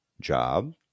job